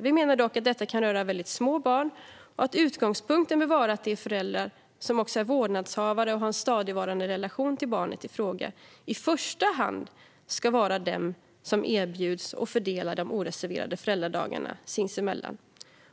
Vi menar dock att detta kan röra mycket små barn och att utgångspunkten bör vara att de föräldrar som också är vårdnadshavare och har en stadigvarande relation till barnet i fråga i första hand ska vara de som erbjuds och fördelar de oreserverade föräldradagarna sinsemellan